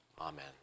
amen